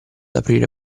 aprire